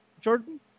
Jordan